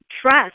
trust